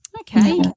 Okay